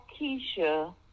Keisha